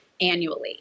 annually